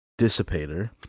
Dissipator